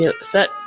set